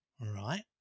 right